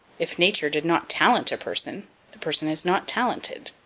if nature did not talent a person the person is not talented.